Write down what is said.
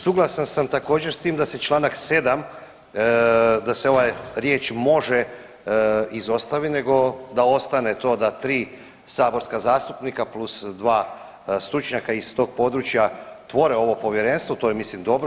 Suglasan sam također, s tim da se čl. 7, da se ovaj riječ može izostavi, nego da ostane to da 3 saborska zastupnika plus dva stručnjaka iz tog područja tvore ovo Povjerenstvo, to je, mislim, dobro.